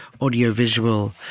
audiovisual